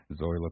Zoila